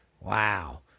Wow